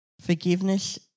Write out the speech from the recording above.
Forgiveness